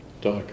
Doc